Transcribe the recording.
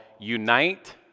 unite